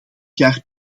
jaar